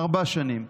ארבע שנים,